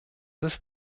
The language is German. ist